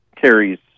carries